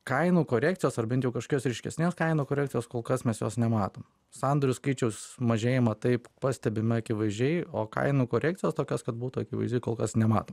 kainų korekcijos ar bent jau kažkokios ryškesnės kainų korekcijos kol kas mes jos nematom sandorių skaičiaus mažėjimą taip pastebim akivaizdžiai o kainų korekcijos tokios kad būtų akivaizdi kol kas nematom